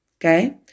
Okay